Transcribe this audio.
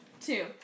two